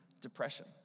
depression